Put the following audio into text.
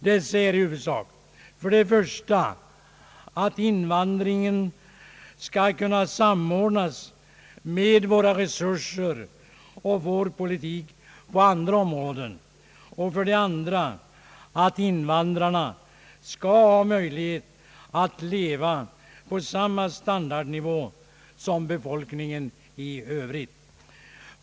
Dessa är i huvudsak: för det första att invandringen skall kunna samordnas med våra resurser och vår politik på andra områden och för det andra att invandrarna skall ha möjlighet att leva på samma standardnivå som befolkningen i övrigt.